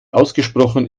ausgesprochen